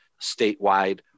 statewide